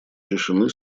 решены